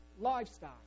lifestyle